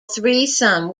threesome